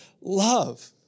love